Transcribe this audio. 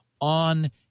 on